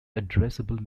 addressable